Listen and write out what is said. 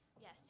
Yes